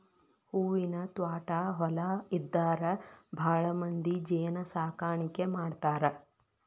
ಹೂವಿನ ತ್ವಾಟಾ ಹೊಲಾ ಇದ್ದಾರ ಭಾಳಮಂದಿ ಜೇನ ಸಾಕಾಣಿಕೆ ಮಾಡ್ತಾರ